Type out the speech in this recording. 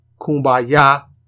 kumbaya